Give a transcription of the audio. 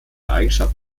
eigenschaft